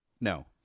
No